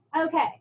Okay